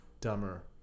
Dumber